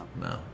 No